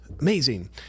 Amazing